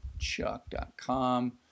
Chuck.com